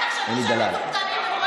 חברת הכנסת דבי ביטון.